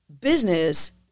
business